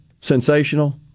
sensational